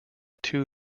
two